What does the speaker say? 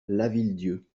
lavilledieu